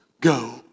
go